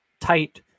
tight